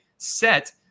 set